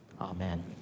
Amen